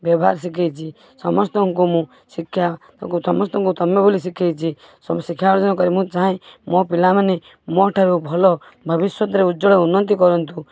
ବ୍ୟବହାର ଶିଖାଇଛି ସମସ୍ତଙ୍କୁ ମୁଁ ଶିକ୍ଷା ସମସ୍ତଙ୍କୁ ତମେ ବୋଲି ଶିଖାଇଛି ସବୁ ଶିକ୍ଷା ଅଭିଯାନ କରି ମୁଁ ଚାହେଁ ମୋ ପିଲାମାନେ ମୋଠାରୁ ଭଲ ଭବିଷ୍ୟତରେ ଉଜ୍ଜ୍ଵଳ ଉନ୍ନତି କରନ୍ତୁ